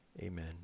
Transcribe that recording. Amen